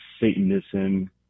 Satanism